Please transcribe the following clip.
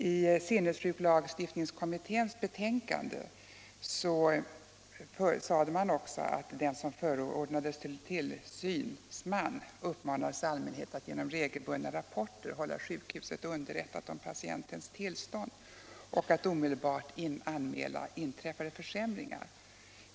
I sinnessjuklagstiftningskommitténs betänkande sade man också att den som förordnats till tillsynsman i allmänhet uppmanas att genom regelbundna rapporter hålla sjukhuset underrättat om patientens tillstånd och att omedelbart anmäla inträffade försämringar.